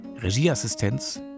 Regieassistenz